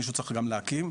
מישהו צריך גם להקים,